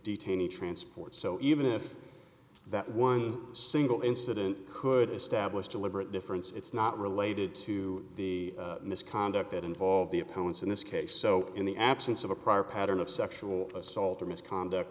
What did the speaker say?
detainee transport so even if that one single incident could establish deliberate difference it's not related to the misconduct that involved the opponents in this case so in the absence of a prior pattern of sexual assault or misconduct